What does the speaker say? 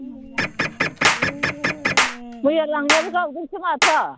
मैया लांनायाबो गावदोंसो माथो